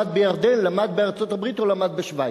למד בירדן, למד בארצות-הברית או למד בשווייץ.